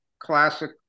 Classic